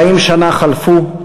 40 שנה חלפו,